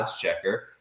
Checker